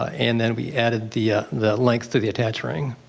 and then we added the ah the length to the attach ring.